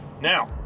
Now